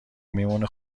میمونه